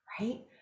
right